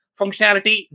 functionality